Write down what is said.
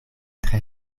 tre